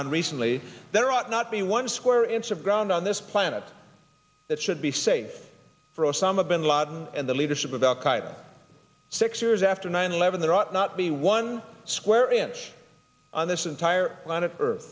on recently there ought not be one square inch of ground on this planet that should be saved for osama bin laden and the leadership of al qaida six years after nine eleven there ought not be one square inch on this entire planet earth